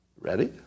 Ready